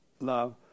love